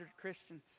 Christians